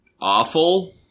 awful